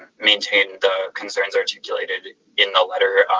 maintain the concerns articulated in the letter,